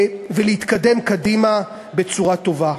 ולהתקדם בצורה טובה.